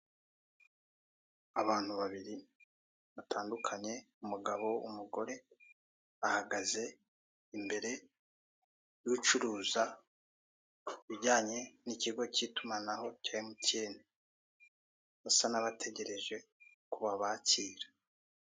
Abantu babiri batandukanye, umugabo n'umugore. Bahagaze imbere y'ucuruza ibijyanye n'ikigo cy'itumanaho cya emutiyeni. Basa n'abategereje ko babakira.